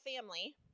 family